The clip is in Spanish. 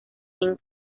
sean